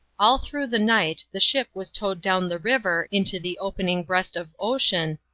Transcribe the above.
all through the night the ship was towed down the river into the opening breast of ocean,